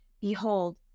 Behold